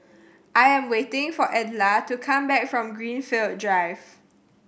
I am waiting for Edla to come back from Greenfield Drive